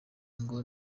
ngo